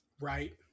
Right